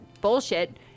bullshit